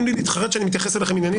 לי להתחרט שאני מתייחס אליכם עניינית,